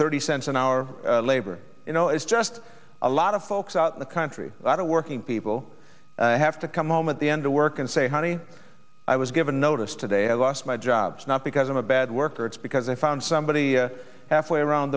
thirty cents an hour labor you know it's just a lot of folks out in the country i don't working people have to come home at the end of work and say honey i was given notice today i lost my job not because i'm a bad worker it's because i found somebody half way around